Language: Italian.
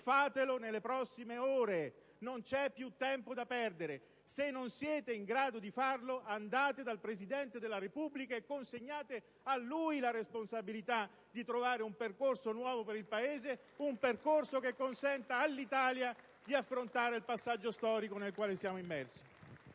fatelo nelle prossime ore: non c'è più tempo da perdere. Se non siete in grado di farlo, andate dal Presidente della Repubblica e consegnate a lui la responsabilità di trovare un percorso nuovo per il Paese. Un percorso che consenta all'Italia di affrontare il passaggio storico nel quale siamo immersi